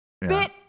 bit